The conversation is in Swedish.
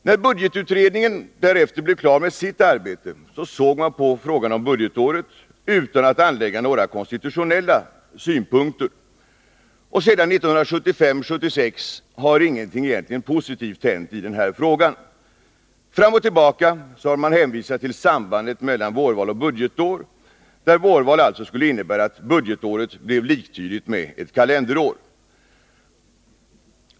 När budgetutredningen därefter blev klar med sitt arbete såg man på frågan om budgetåret utan att anlägga några konstitutionella synpunkter. Sedan 1975/76 har egentligen ingenting positivt hänt i den här frågan. Fram och tillbaka har man hänvisat till sambandet mellan vårval och budgetår, där vårval alltså skulle innebära att budgetåret blir liktydigt med ett kalenderår.